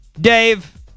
Dave